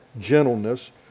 gentleness